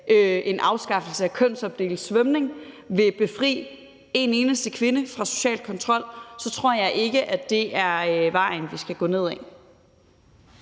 en afskaffelse af kønsopdelt svømning vil befri en eneste kvinde fra social kontrol, tror jeg ikke, at det er vejen, vi skal gå ned ad.